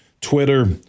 Twitter